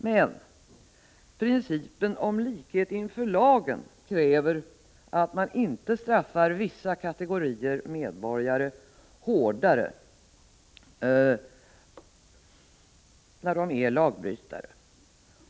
Men principen om likhet inför lagen kräver att man inte straffar vissa kategorier medborgare hårdare än andra när de är lagbrytare.